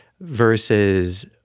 versus